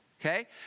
okay